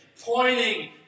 pointing